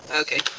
okay